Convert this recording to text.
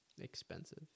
expensive